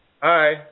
Hi